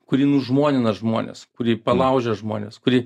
kuri nužmonina žmones kuri palaužia žmones kuri